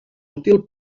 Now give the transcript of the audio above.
útil